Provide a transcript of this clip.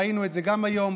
ראינו את זה גם היום,